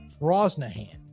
Rosnahan